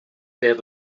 per